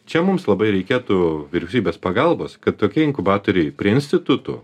čia mums labai reikėtų vyriausybės pagalbos kad tokie inkubatoriai prie institutų